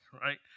right